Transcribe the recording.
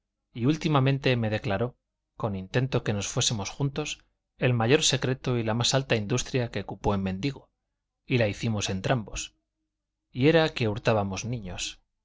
y últimamente me declaró con intento que nos fuésemos juntos el mayor secreto y la más alta industria que cupo en mendigo y la hicimos entrambos y era que hurtábamos niños